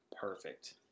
perfect